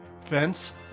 fence